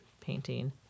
painting